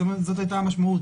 זו היתה המשמעות,